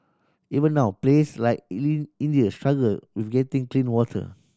even now place like India struggle with getting clean water